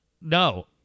No